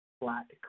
flat